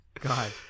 god